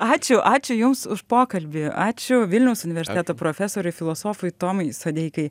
ačiū ačiū jums už pokalbį ačiū vilniaus universiteto profesoriui filosofui tomui sodeikai